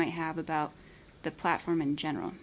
might have about the platform in general